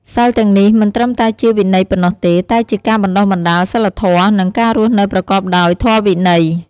សីលទាំងនេះមិនត្រឹមតែជាវិន័យប៉ុណ្ណោះទេ តែជាការបណ្ដុះបណ្ដាលសីលធម៌ និងការរស់នៅប្រកបដោយធម៌វិន័យ។